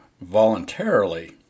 voluntarily